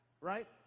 Right